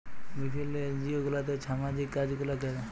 বিভিল্ল্য এলজিও গুলাতে ছামাজিক কাজ গুলা ক্যরে